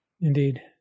Indeed